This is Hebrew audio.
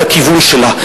את הכיוון שלה.